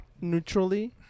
Neutrally